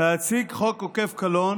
להציג חוק עוקף קלון